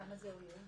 כמה זה עולה?